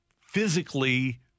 physically